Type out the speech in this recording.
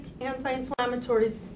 anti-inflammatories